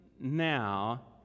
now